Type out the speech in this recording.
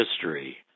history